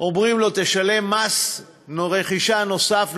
אומרים לו: תשלם מס רכישה נוסף,